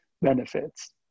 benefits